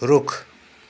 रुख